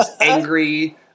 angry